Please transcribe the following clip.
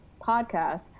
podcast